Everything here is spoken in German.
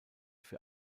für